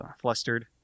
flustered